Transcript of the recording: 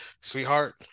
sweetheart